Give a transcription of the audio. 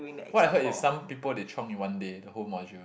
what I heard is some people they chiong in one day the whole module